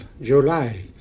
July